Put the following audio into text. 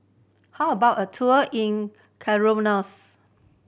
how about a tour in Comoros